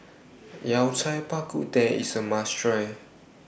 Yao Cai Bak Kut Teh IS A must Try